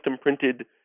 printed